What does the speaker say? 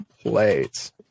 plates